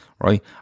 right